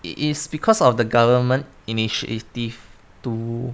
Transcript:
it is because of the government initiative to